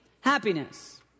happiness